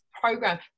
program